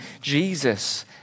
Jesus